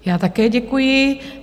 Já také děkuji.